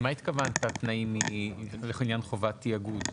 למה התכוונת בתנאים לעניין חובת התאגוד?